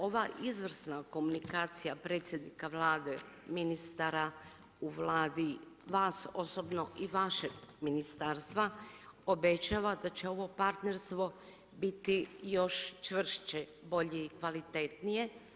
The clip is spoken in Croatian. Ova izvrsna komunikacija predsjednika Vlade, ministara u Vladi, vas osobno i vašeg ministarstva obećava da će ovo partnerstvo biti još čvršće, bolje i kvalitetnije.